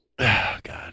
God